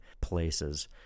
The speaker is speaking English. places